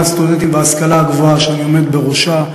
הסטודנטים בהשכלה הגבוהה שאני עומד בראשה.